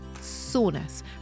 soreness